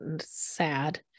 sad